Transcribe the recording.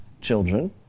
children